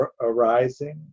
arising